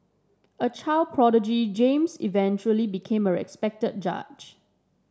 a child prodigy James eventually became a respect judge